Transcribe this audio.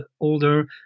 older